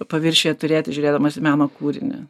paviršiuje turėti žiūrėdamas į meno kūrinį